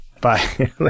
bye